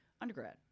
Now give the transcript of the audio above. undergrad